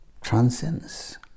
transcends